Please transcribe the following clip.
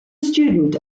student